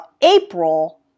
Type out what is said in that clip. April